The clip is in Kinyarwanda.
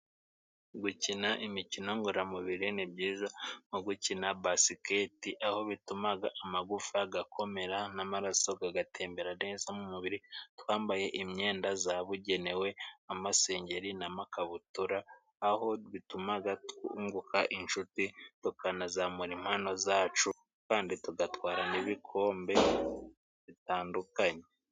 Gukina imikino ngororamubiri ni byiza nko gukina basiketi, aho bitumaga amagufa gakomera n'amaraso kagatembera neza mu mubiri, twambaye imyenda zabugenewe: amasengeri n'amakabutura, aho bitumaga twunguka inshuti tukanazamura impano zacu kandi tugatwara n'ibikombe bitandukanye.